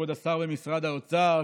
כבוד השר במשרד האוצר,